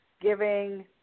giving